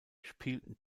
spielten